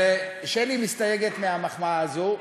אז שלי מסתייגת מהמחמאה הזאת.